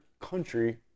country